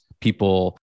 people